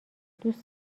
دوست